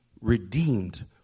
redeemed